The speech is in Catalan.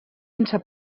sense